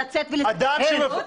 לצאת ולסכן את הציבור?